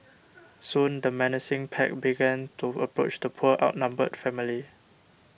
soon the menacing pack began to approach the poor outnumbered family